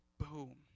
Boom